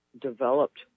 developed